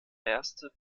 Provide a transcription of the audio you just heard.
erste